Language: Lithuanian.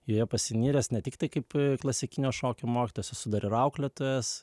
joje pasinėręs ne tiktai kaip klasikinio šokio mokytojas esu dar ir auklėtojas